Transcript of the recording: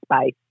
space